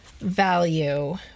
value